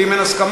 ואם אין הסכמה,